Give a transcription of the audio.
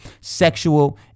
sexual